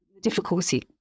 difficulty